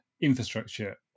infrastructure